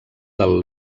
del